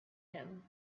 him